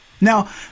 Now